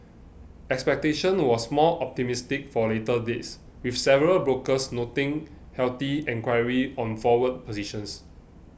expectation was more optimistic for later dates with several brokers noting healthy enquiry on forward positions